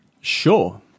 Sure